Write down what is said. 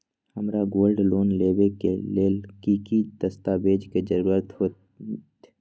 हमरा gold loan लेबे के लेल कि कि दस्ताबेज के जरूरत होयेत?